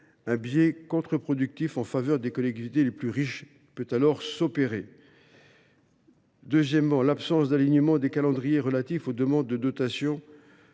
Un biais contre productif en faveur des collectivités les plus riches peut alors s’opérer. Deuxièmement, l’absence d’alignement des calendriers relatifs aux demandes de dotations,